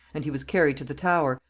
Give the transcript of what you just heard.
and he was carried to the tower,